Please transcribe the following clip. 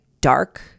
dark